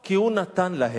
כי הוא נתן להם,